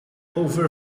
over